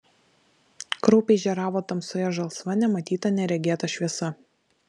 kraupiai žėravo tamsoje žalsva nematyta neregėta šviesa